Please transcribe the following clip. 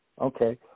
okay